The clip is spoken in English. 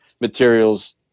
materials